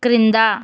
క్రింద